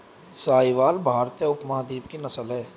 साहीवाल भारतीय उपमहाद्वीप की नस्ल है